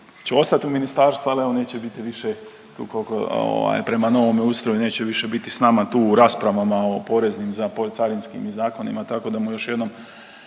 će ostati u ministarstvu, ali evo neće biti više prema novome ustroju neće više biti sa nama tu u raspravama o poreznim, carinskim zakonima tako da mu još jednom